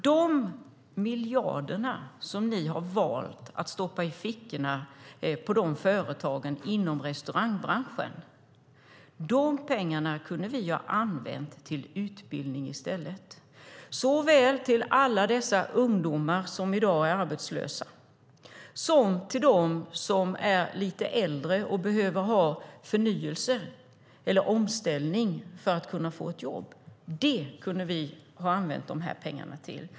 De miljarder som ni har valt att stoppa i fickorna på företagen inom restaurangbranschen kunde vi ha använt till utbildning i stället, såväl till alla dessa ungdomar som i dag är arbetslösa som till dem som är lite äldre och behöver ha förnyelse eller omställning för att kunna få ett jobb. Det kunde vi ha använt dessa pengar till.